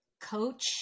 coach